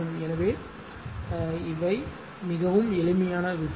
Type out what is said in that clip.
எனவே இவை மிகவும் எளிமையான விஷயம்